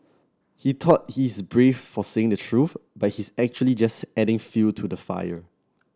he thought he's brave for saying the truth but he's actually just adding fuel to the fire